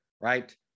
right